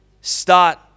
start